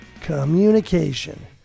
communication